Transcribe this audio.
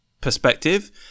perspective